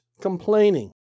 complaining